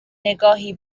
نگاهی